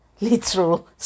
literal